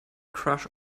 crush